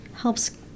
helps